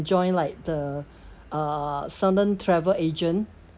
like the uh southern travel agent